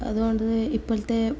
അതുകൊണ്ട് ഇപ്പോളത്തെ